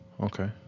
Okay